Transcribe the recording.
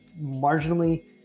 marginally